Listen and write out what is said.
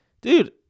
Dude